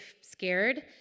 scared